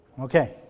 Okay